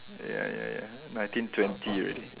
ya ya ya nineteen twenty already